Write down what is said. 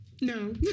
No